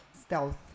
Stealth